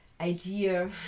idea